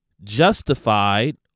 justified